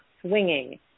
swinging